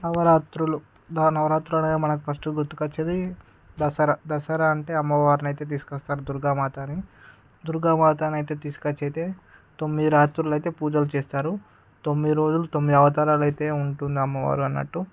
నవరాత్రులు నా నవరాత్రులు అనగా మనకు ఫస్టు గుర్తుకు వచ్చేది దసరా దసరా అంటే అమ్మవారిని అయితే తీసుకు వస్తారు దుర్గామాతని దుర్గామాతనైతే తీసుకొచ్చయితే తొమ్మిది రాత్రులు అయితే పూజలు చేస్తారు తొమ్మిది రోజులు తొమ్మిది అవతారాలైతే ఉంటుంది అమ్మవారు అనట్టు